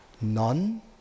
None